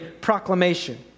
proclamation